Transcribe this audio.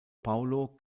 paulo